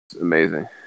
amazing